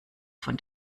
von